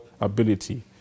ability